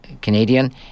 Canadian